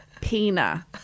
Pina